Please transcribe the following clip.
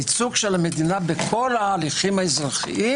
הייצוג של המדינה בכל ההליכים האזרחיים